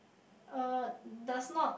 uh does not